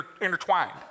intertwined